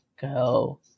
go